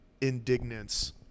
indignance